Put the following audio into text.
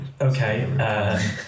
Okay